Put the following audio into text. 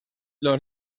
los